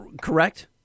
correct